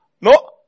No